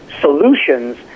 solutions